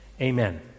Amen